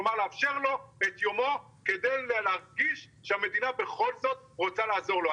כלומר לאפשר לו את יומו כדי להרגיש שהמדינה בכל זאת רוצה לעזור לו.